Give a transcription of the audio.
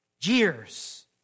years